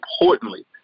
importantly